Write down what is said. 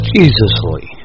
Jesusly